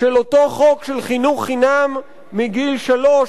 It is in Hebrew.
של אותו חוק של חינוך חינם מגיל שלוש,